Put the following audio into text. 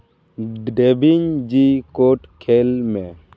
ᱰᱮᱵᱷᱤᱧ ᱡᱤ ᱠᱳᱰ ᱠᱷᱮᱞ ᱢᱮ